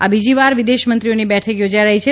આ બીજીવાર વિદેશમંત્રીઓની બેઠક યોજાઇ રહી છે